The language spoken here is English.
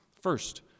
First